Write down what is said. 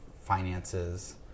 finances